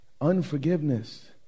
unforgiveness